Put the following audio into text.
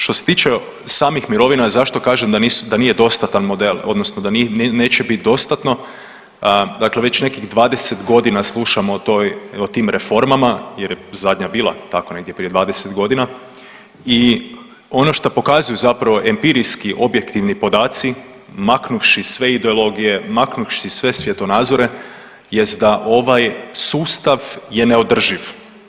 Što se tiče samih mirovina zašto kažem da nije dostatan model odnosno da neće biti dostatno, dakle već nekih 20 godina slušamo o tim reformama jer je zadnja bila tako negdje prije 20 godina i ono što pokazuju zapravo empirijski objektivni podaci, maknuvši sve ideologije, maknuvši sve svjetonazore jest da ovaj sustav je neodrživ.